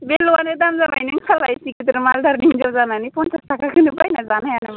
बेल'आनो दाम जाबाय नोंहालाय इसे गिदिर मालदारनि हिन्जाव जानानै फन्सास थाखाखौनो बायनानै जानो हाया नामा